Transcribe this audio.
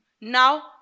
now